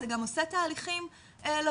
זה גם עושה תהליכים לווייניים,